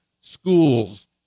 schools